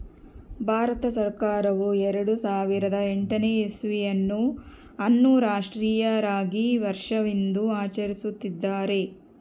ಭಾರತ ಸರ್ಕಾರವು ಎರೆಡು ಸಾವಿರದ ಎಂಟನೇ ಇಸ್ವಿಯನ್ನು ಅನ್ನು ರಾಷ್ಟ್ರೀಯ ರಾಗಿ ವರ್ಷವೆಂದು ಆಚರಿಸುತ್ತಿದ್ದಾರೆ